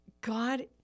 God